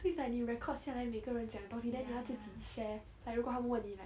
so it's like 你 record 下来每个人讲的东西 then 你要自己 share like 如果他们问你 like